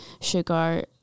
Sugar